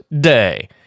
Day